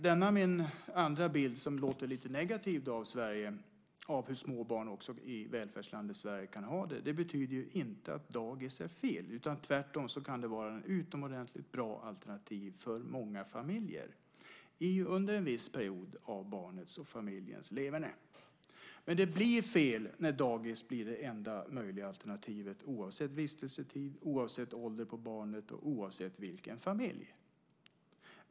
Denna min andra bild, som låter lite negativ, av hur små barn kan ha det i välfärdslandet Sverige betyder inte att dagis är fel. Det kan tvärtom vara ett utomordentligt bra alternativ för många familjer under en viss period av barnets och familjens leverne. Men det blir fel när dagis blir det enda möjliga alternativet oavsett vistelsetid, oavsett ålder på barnet och oavsett familj.